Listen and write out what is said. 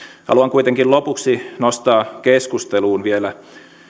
haluan kuitenkin lopuksi nostaa keskusteluun vielä